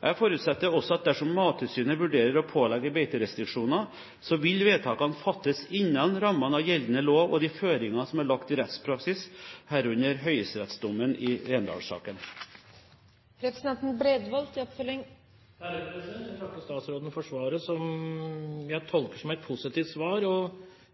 Jeg forutsetter også at dersom Mattilsynet vurderer å pålegge beiterestriksjoner, vil vedtakene fattes innen rammene av gjeldende lov og de føringer som er lagt i rettspraksis, herunder Høyesteretts dom i Rendalen-saken. Jeg takker statsråden for svaret, som jeg tolker som et positivt svar.